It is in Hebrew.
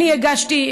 אני הגשתי,